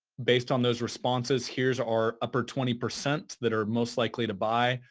based on those responses, here's our upper twenty percent that are most likely to buy,